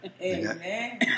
Amen